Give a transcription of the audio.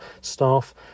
staff